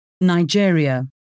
Nigeria